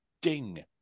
ding